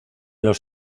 los